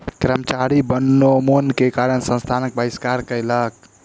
कर्मचारी वनोन्मूलन के कारण संस्थानक बहिष्कार कयलक